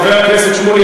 חבר הכנסת שמולי,